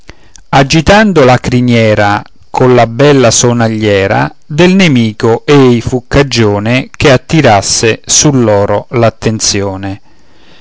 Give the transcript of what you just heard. agitando la criniera colla bella sonagliera del nemico ei fu cagione che attirasse sull'oro l'attenzione